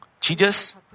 Jesus